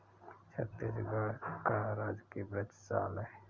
छत्तीसगढ़ का राजकीय वृक्ष साल है